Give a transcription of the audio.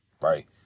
Right